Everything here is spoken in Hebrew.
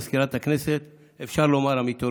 מזכירת הכנסת המיתולוגית,